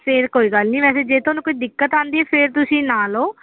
ਫਿਰ ਕੋਈ ਗੱਲ ਨਹੀਂ ਵੈਸੇ ਜੇ ਤੁਹਾਨੂੰ ਕੋਈ ਦਿੱਕਤ ਆਉਂਦੀ ਫਿਰ ਤੁਸੀਂ ਨਾ ਲਓ